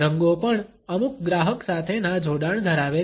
રંગો પણ અમુક ગ્રાહક સાથેના જોડાણ ધરાવે છે